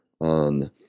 on